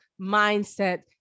Mindset